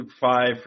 five